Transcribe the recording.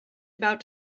about